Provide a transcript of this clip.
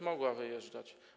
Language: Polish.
Mogła wyjeżdżać.